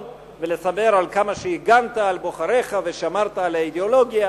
ולספר על כמה שהגנת על בוחריך ושמרת על האידיאולוגיה,